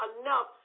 enough